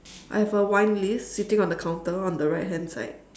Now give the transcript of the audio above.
I have a wine list sitting on the counter on the right hand side